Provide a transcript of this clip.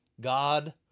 God